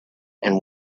and